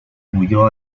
huyó